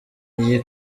iyi